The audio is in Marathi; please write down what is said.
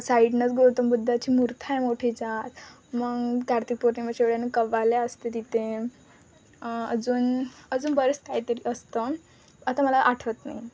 साईडनं गौतम बुद्धाची मूर्ती आहे मोठी जात मग कार्तिक पौर्णिमेच्या वेळेत कव्वाल्या असते तिथे अजून अजून बरेच काहीतरी असतं आता मला आठवत नाही